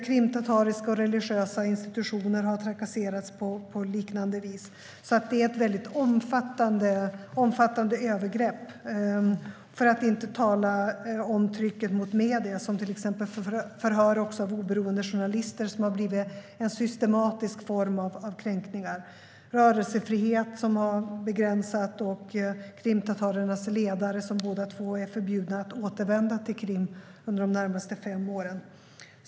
Krimtatariska och religiösa institutioner har trakasserats på liknande vis. Det är alltså ett mycket omfattande övergrepp - för att inte tala om trycket på medierna i form av till exempel förhör av oberoende journalister, vilket har blivit en systematisk form av kränkningar. Rörelsefriheten har begränsats, och krimtatarernas ledare är båda två förbjudna att återvända till Krim under de närmaste fem åren.